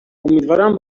امیدوارم